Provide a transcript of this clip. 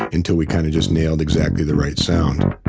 until we kind of just nailed exactly the right sound